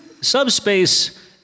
Subspace